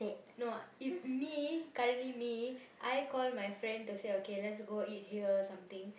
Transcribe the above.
no if me currently me I call my friend to say okay let's go eat here or something